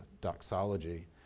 doxology